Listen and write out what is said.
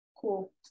cool